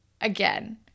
Again